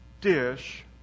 Dish